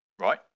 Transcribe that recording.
right